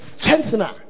strengthener